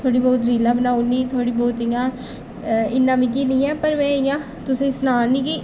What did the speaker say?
थोह्ड़ी ब्हौत रीलां बनाई ओड़नीं थोह्ड़ी ब्हौत इ'यां इन्ना मिकी निं ऐ पर इ'यां तुसें गी सनाऽ नीं कि